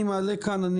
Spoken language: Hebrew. אני מעלה כאן,